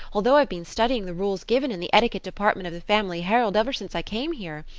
although i've been studying the rules given in the etiquette department of the family herald ever since i came here.